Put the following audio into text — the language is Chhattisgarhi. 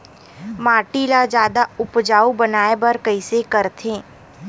माटी ला जादा उपजाऊ बनाय बर कइसे करथे?